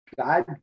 God